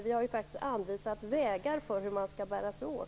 Vi har faktiskt anvisat vägar för hur man skall bära sig åt.